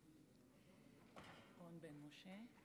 רון בן משה.